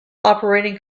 operating